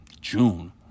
June